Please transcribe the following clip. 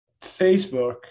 Facebook